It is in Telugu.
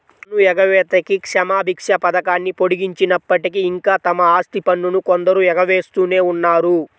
పన్ను ఎగవేతకి క్షమాభిక్ష పథకాన్ని పొడిగించినప్పటికీ, ఇంకా తమ ఆస్తి పన్నును కొందరు ఎగవేస్తూనే ఉన్నారు